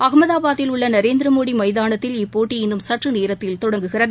அகமதாபாத்தில் உள்ள நரேந்திரமோடி மைதானத்தில் இப்போட்டி இன்னும் சற்றுநேரத்தில் தொடங்குகிறது